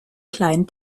kleinen